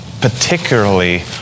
particularly